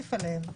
להוסיף עליהם.